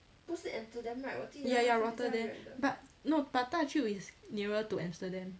ya ya rotterdam but no but 大舅 is nearer to amsterdam